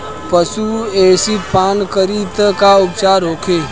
पशु एसिड पान करी त का उपचार होई?